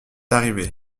arrivé